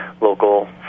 local